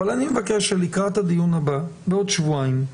אבל אני מבקש שלקראת הדיון הבא בעוד שבועיים,